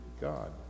God